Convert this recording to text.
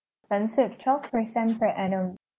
charges of twelve percent per annum